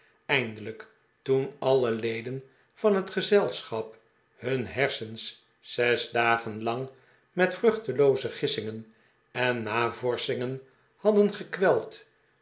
eindelijk toen alle leden van het gezelschap hun hersens zes dagen lang met vruchtelooze gissingen en navorschingen hadden gekweld